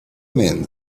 men